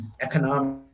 economic